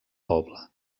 poble